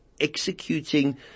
executing